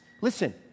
Listen